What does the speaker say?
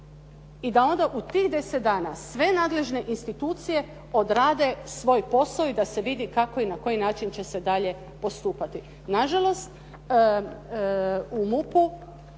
i da onda u tih 10 dana sve nadležne institucije odrade svoj posao i da se vidi kako i na koji način će se dalje postupati. Na žalost, u MUP-u,